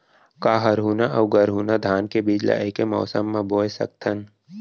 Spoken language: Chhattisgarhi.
का हरहुना अऊ गरहुना धान के बीज ला ऐके मौसम मा बोए सकथन?